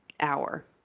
hour